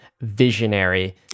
visionary